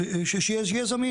שיהיה זמין.